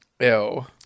Ew